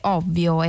ovvio